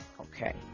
okay